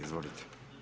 Izvolite.